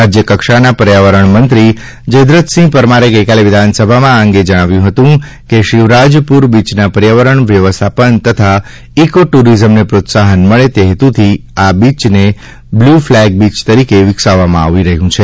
રાજ્ય કક્ષાના પર્યાવરણ મંત્રી જયદ્રથસિંહ પરમારે ગઇકાલે વિધાનસભામાં આ અંગે જણાવ્યું હતું કે શિવરાજપુર બીચના પર્યાવરણ વ્યવસ્થાપન તથા ઇકો ટુરિઝમને પ્રોત્સાહન મળે તે હેતુથી આ બીજને બ્લૂ ફલેગ બીચ તરીકે વિકસાવવામાં આવી રહ્યું છે